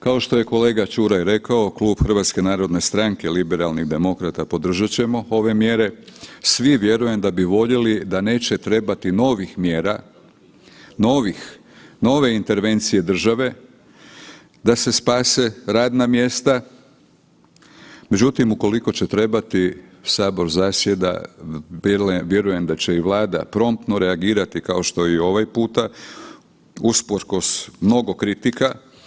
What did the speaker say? Kao što je kolega Čuraj rekao, klub HNS-a liberalnih demokrata podržat ćemo ove mjere, svi vjerujem da bi voljeli da neće trebati novih mjera, nove intervencije države da se spase radna mjesta, međutim ukoliko će trebati, Sabor zasjeda vjerujem da će i Vlada promptno reagirati i ovaj puta usprkos mnogo kritika.